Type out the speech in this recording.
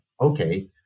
Okay